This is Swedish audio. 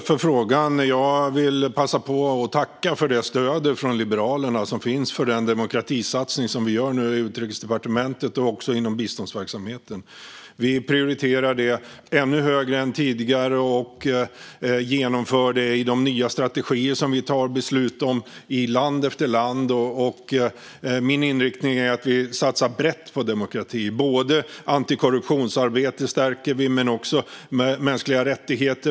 Fru talman! Jag tackar ledamoten för frågan. Låt mig passa på att tacka för Liberalernas stöd till den demokratisatsning som Utrikesdepartementet gör, också inom biståndsverksamheten. Vi prioriterar detta ännu högre än tidigare och genomför det i de nya strategier vi tar beslut om i land efter land. Min inriktning är att vi satsar brett på demokrati. Vi stärker arbetet mot korruption och för mänskliga rättigheter.